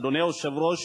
אדוני היושב-ראש,